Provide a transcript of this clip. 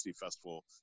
festival